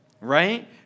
right